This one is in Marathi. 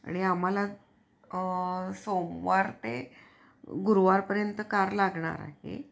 आणि आम्हाला सोमवार ते गुरुवारपर्यंत कार लागणार आहे